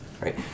right